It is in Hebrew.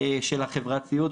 של החברת סיעוד,